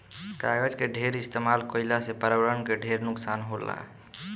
कागज के ढेर इस्तमाल कईला से पर्यावरण के ढेर नुकसान होला